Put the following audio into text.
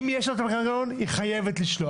אם יש לה מנגנון, היא חייבת לשלוח.